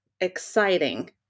exciting